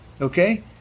Okay